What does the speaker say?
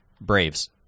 Braves